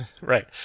Right